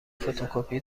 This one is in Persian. فتوکپی